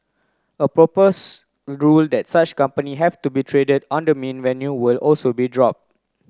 a propose rule that such company have to be traded on the mean venue will also be drop